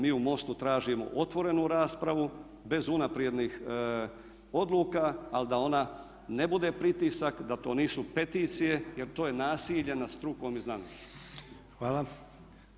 Mi u MOST-u tražimo otvorenu raspravu bez unaprednih odluka, ali da ona ne bude pritisak da to nisu peticije, jer to je nasilje nad strukom i znanošću.